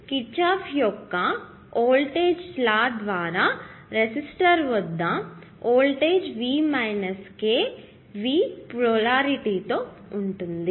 మళ్ళీ కిర్ఛాఫ్ యొక్క voltage law ద్వారా రెసిస్టర్ వద్ద voltage V k V polarity తో ఉంటుంది